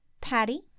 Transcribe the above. Patty